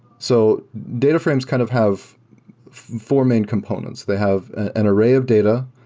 so data frames kind of have four main components. they have an array of data,